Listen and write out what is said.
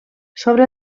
sobre